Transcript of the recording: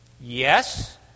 Yes